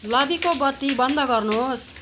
लबीको बत्ति बन्द गर्नुहोस्